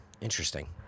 Interesting